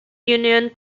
union